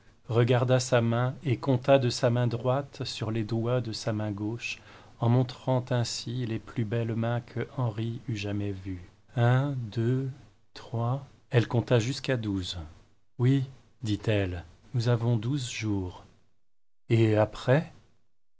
regarda sa main et compta de sa main droite sur les doigts de sa main gauche en montrant ainsi les plus belles mains qu'henri eût jamais vues un deux trois elle compta jusqu'à douze oui dit elle nous avons douze jours et après